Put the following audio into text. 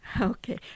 Okay